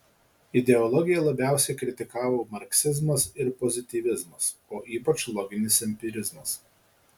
ideologiją labiausiai kritikavo marksizmas ir pozityvizmas o ypač loginis empirizmas